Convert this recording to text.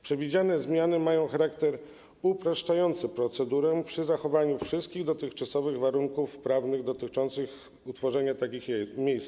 Przewidziane zmiany mają na celu uproszczenie procedury przy zachowaniu wszystkich dotychczasowych warunków prawnych dotyczących tworzenia takich miejsc.